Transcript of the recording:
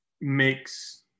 makes